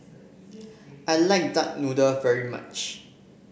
I like Duck Noodle very much